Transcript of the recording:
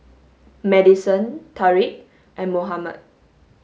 Madisen Tariq and Mohammad